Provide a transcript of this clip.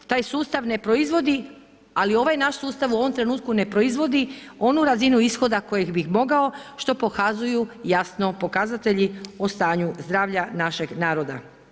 Taj sustav ne proizvodi ali ovaj naš sustav u ovom trenutku ne proizvodi onu razinu ishoda koje bi mogao što pokazuju jasno pokazatelji o stanju zdravlja našeg naroda.